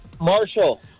marshall